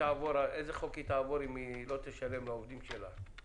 איזה חוק היא תעבור אם היא לא תשלם לעובדים שלה.